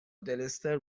دلستر